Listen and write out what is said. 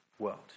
world